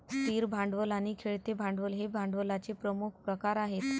स्थिर भांडवल आणि खेळते भांडवल हे भांडवलाचे प्रमुख प्रकार आहेत